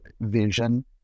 vision